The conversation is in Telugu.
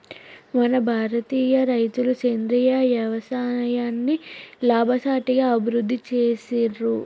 మన భారతీయ రైతులు సేంద్రీయ యవసాయాన్ని లాభసాటిగా అభివృద్ధి చేసిర్రు